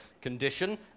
condition